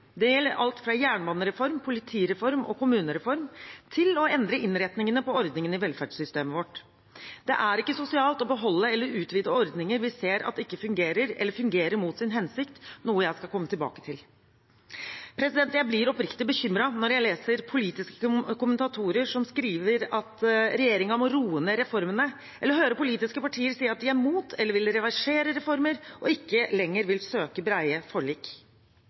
Det gjelder alt fra jernbanereform, politireform og kommunereform til å endre innretningene på ordningene i velferdssystemet vårt. Det er ikke sosialt å beholde eller utvide ordninger vi ser ikke fungerer eller fungerer mot sin hensikt, noe jeg skal komme tilbake til. Jeg blir oppriktig bekymret når jeg leser i politiske kommentarer at regjeringen må roe ned reformene eller hører politiske partier si at de er imot eller vil reversere reformer og ikke lenger vil søke brede forlik.